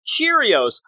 Cheerios